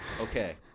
Okay